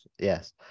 yes